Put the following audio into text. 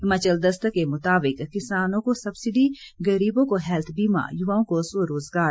हिमाचल दस्तक के मुताबिक किसानों को सब्सिडी गरीबों को हैल्थ बीमा युवाओं को स्वरोजगार